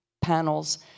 panels